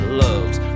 loves